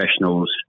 professionals